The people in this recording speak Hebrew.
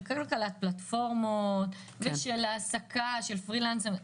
של כלכלת פלטפורמות ושל העסקה של פרילנסרים.